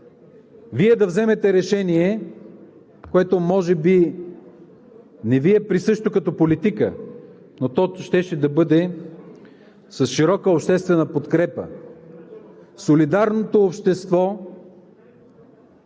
отговорно решение, което може би не Ви е присъщо като политика, но то щеше да бъде с широка обществена подкрепа. Солидарното общество